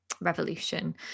revolution